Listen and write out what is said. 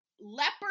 leopard